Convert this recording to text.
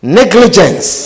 negligence